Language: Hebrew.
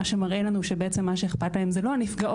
מה שמראה לנו שבעצם מה שאכפת להם זה לא הנפגעות,